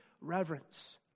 reverence